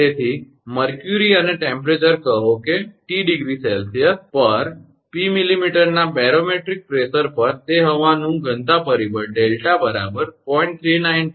તેથી પારો અને તાપમાન કહો કે t degree celsiusટી ડિગ્રી સેલ્સિયસ પર p millimetreપી મિલિમીટરના બેરોમેટ્રિક પ્રેશર પર તે હવાનું ઘનતા પરિબળ 𝛿 0